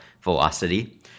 velocity